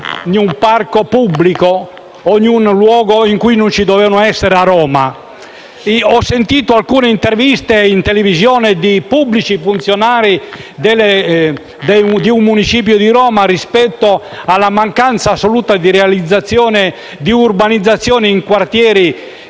in un parco pubblico o in un luogo in cui non ci dovevano essere, a Roma. Ho sentito alcune interviste in televisione di pubblici funzionari di un municipio di Roma rispetto alla mancanza assoluta di opere di urbanizzazione in quartieri